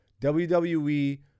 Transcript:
WWE